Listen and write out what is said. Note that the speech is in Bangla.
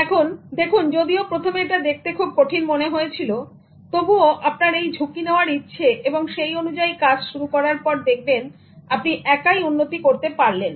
এবং দেখুন যদিও প্রথমে এটা দেখতে খুব কঠিন মনে হয়েছিল তবুও আপনার এই ঝুঁকি নেওয়ার ইচ্ছে এবং সেই অনুযায়ী কাজ শুরু করার পর দেখবেন একাই আপনি উন্নতি করতে পারলেন